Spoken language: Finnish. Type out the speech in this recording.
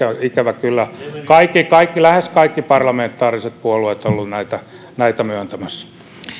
ikävä kyllä lähes kaikki parlamentaariset puolueet olleet näitä myöntämässä